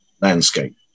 landscape